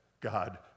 God